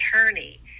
attorney